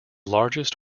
largest